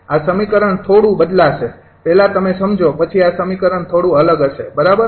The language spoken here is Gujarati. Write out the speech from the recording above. આ સમીકરણ થોડું બદલાશે પહેલા તમે સમજો પછી આ સમીકરણ થોડું અલગ હશે બરાબર